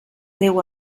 déu